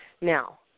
Now